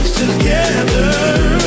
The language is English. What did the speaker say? together